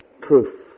proof